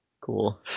Cool